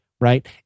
right